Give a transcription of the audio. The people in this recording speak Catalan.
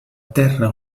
terra